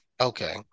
Okay